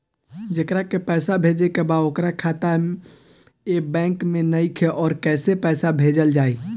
जेकरा के पैसा भेजे के बा ओकर खाता ए बैंक मे नईखे और कैसे पैसा भेजल जायी?